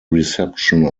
reception